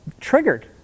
triggered